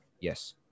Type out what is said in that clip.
Yes